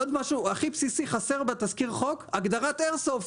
עוד משהו הכי בסיסי חסר בתזכיר חוק שזה הגדרת איירסופט.